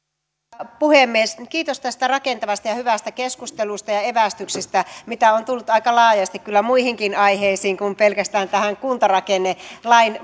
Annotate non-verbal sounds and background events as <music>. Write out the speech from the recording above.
arvoisa puhemies kiitos tästä rakentavasta ja hyvästä keskustelusta ja evästyksistä mitä on tullut aika laajasti kyllä muihinkin aiheisiin kuin pelkästään tähän kuntarakennelain <unintelligible>